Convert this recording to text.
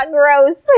gross